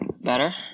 Better